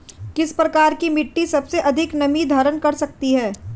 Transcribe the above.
किस प्रकार की मिट्टी सबसे अधिक नमी धारण कर सकती है?